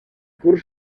curs